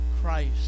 Christ